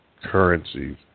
currencies